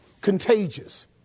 contagious